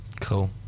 Cool